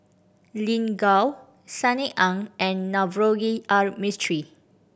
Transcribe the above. Lin Gao Sunny Ang and Navroji R Mistri